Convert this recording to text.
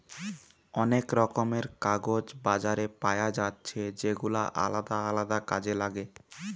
অনেক রকমের কাগজ বাজারে পায়া যাচ্ছে যেগুলা আলদা আলদা কাজে লাগে